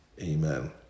Amen